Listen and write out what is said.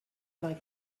vingt